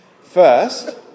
First